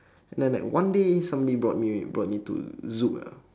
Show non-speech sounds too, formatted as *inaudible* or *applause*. *breath* and then like one day somebody brought me *noise* brought me to zouk ah